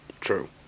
true